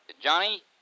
Johnny